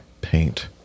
paint